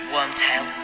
Wormtail